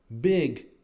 big